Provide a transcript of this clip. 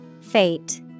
Fate